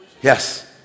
yes